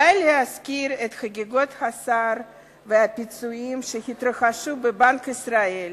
די להזכיר את חגיגות השכר והפיצויים שהתרחשו בבנק ישראל,